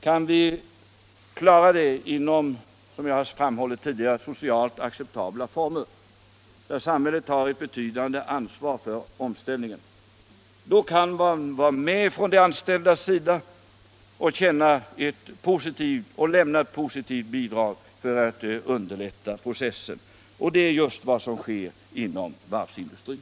Om vi, som jag sade tidigare, kan klara dem i socialt acceptabla former, där samhället har ett betydande ansvar för omställningen, så kan man från de anställdas sida vara med och lämna ett positivt bidrag för att underlätta processen, och det är just vad som sker inom varvsindustrin.